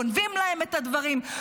גונבים להם את הדברים,